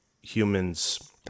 humans